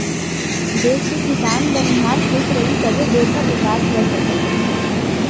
देस के किसान, बनिहार खुस रहीं तभे देस ह बिकास कर सकत हे